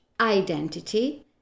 identity